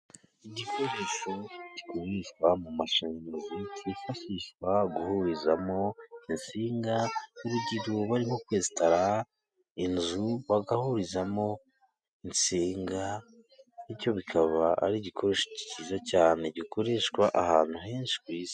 igikoresho gikoreshwa mu mashanyarazi cyifashishwa guhurizamo insingagira. Urugero bari nko kwesitara inzu bagahurizamo insinga. Bityo kikaba ari igikoresho cyiza cyane gikoreshwa ahantu henshi ku isi.